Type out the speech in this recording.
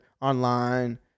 online